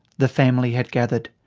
the family had gathered.